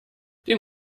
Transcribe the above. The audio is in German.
den